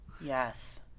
yes